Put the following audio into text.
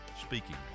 speaking